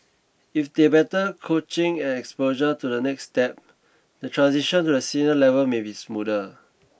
if they have better coaching and exposure to the next step the transition to the senior level may be smoother